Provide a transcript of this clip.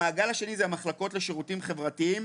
המעגל השני זה המחלקות לשירותים חברתיים,